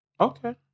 Okay